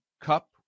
Cup